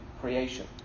creation